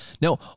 Now